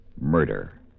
Murder